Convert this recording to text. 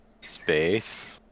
Space